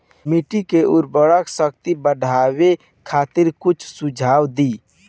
मिट्टी के उर्वरा शक्ति बढ़ावे खातिर कुछ सुझाव दी?